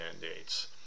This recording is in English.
mandates